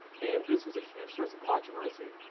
and this was a huge source of controversy.